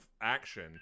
action